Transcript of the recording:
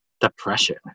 depression